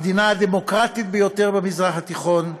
המדינה הדמוקרטית ביותר במזרח התיכון,